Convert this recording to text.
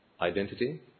identity